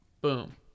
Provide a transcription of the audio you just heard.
boom